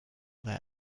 their